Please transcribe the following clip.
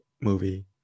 movie